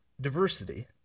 diversity